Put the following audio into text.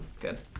Good